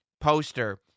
poster